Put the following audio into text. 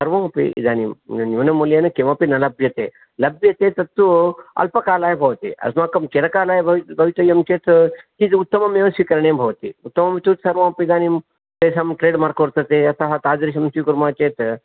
सर्वमपि इदानीं न्यूनमूल्येन किमपि न लभ्यते लभ्यते तत्तु अल्पकालाय भवति अस्माकं चिरकालाय भवि भवितव्यं चेत् किञ्चित् उत्तममेव स्वीकरणीयं भवति उत्तमं तु सर्वमपि इदानीं तेषां ट्रेड् मार्क् वर्तते यतः तादृशं स्वीकुर्मः चेत्